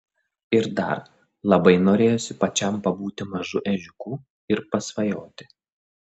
ir dar labai norėjosi pačiam pabūti mažu ežiuku ir pasvajoti